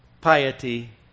piety